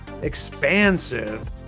expansive